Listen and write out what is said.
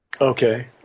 Okay